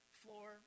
floor